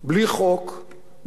בלי חוק,